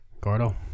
Gordo